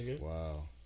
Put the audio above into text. Wow